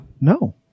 No